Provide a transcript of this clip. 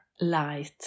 light